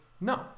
No